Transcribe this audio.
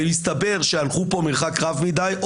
ויסתבר שהלכו פה מרחק רב מדי,